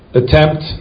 attempt